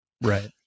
Right